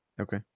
Okay